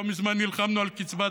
לא מזמן נלחמנו על קצבת,